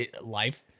Life